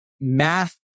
math